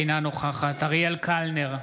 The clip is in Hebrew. אינה נוכחת אריאל קלנר,